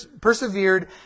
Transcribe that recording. persevered